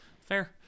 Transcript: Fair